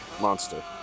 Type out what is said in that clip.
monster